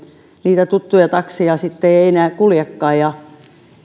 niitä tuttuja takseja ei sitten enää kuljekaan